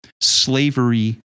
slavery